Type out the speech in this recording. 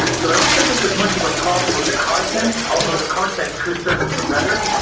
so i don't think it's as much of a problem with the content, although the content could certainly be better.